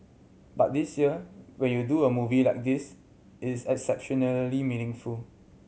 but this year when you do a movie like this it's exceptionally meaningful